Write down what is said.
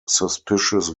suspicious